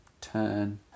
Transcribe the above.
turn